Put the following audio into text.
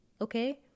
Okay